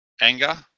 anger